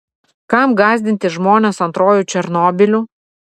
kam gąsdinti žmones antruoju černobyliu